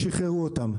שחררו אותם.